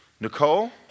Nicole